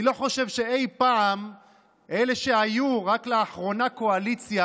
אני לא חושב שאי-פעם אלה שהיו רק לאחרונה קואליציה